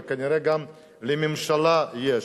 וכנראה גם לממשלה יש.